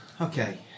okay